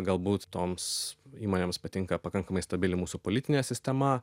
galbūt toms įmonėms patinka pakankamai stabili mūsų politinė sistema